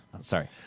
Sorry